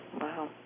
Wow